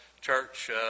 church